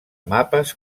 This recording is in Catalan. mapes